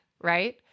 right